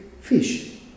fish